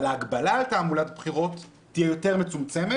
אבל ההגבלה על תעמולת בחירות תהיה יותר מצומצמת,